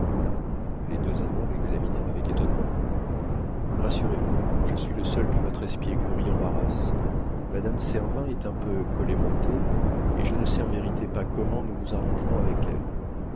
les deux amants l'examinèrent avec étonnement rassurez-vous je suis le seul que votre espièglerie embarrasse madame servin est un peu collet monté et je ne sais en vérité pas comment nous nous arrangerons avec elle